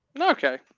Okay